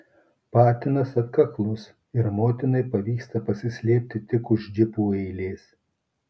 patinas atkaklus ir motinai pavyksta pasislėpti tik už džipų eilės